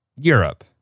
Europe